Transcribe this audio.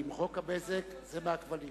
חוק הבזק זה מהכבלים.